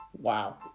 Wow